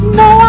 no